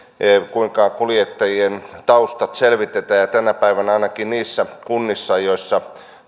kuinka kuljettajien taustat selvitetään ja tänä päivänä ainakin niissä kunnissa joissa